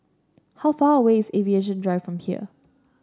how far away is Aviation Drive from here